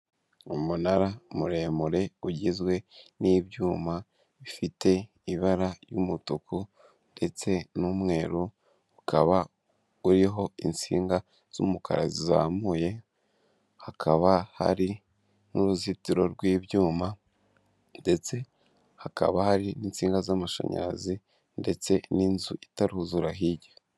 Umunara muremure ugizwe n'ibyuma bifite ibara ry'umutuku ndetse n'umweru ukaba uriho insinga z'umukara zizamuye hakaba hari n'uruzitiro rw'ibyuma ndetse hakaba hari n'insinga z'amashanyarazi ndetse n'inzu itaruzura hirya.